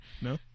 No